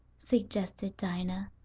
suggested dinah.